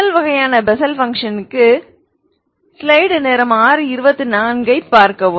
முதல் வகையான பெசல் பங்க்ஷன்ஸ்க்கு